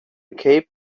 cape